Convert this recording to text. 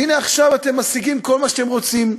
והנה עכשיו אתם משיגים כל מה שאתם רוצים.